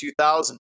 2000